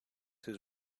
his